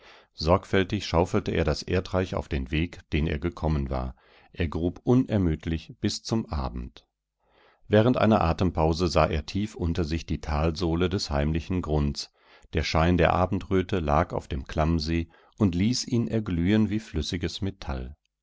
sorgfältig schaufelte er das erdreich auf den weg den er gekommen war er grub unermüdlich bis zum abend während einer atempause sah er tief unter sich die talsohle des heimlichen grunds der schein der abendröte lag auf dem klammsee und ließ ihn erglühen wie flüssiges metall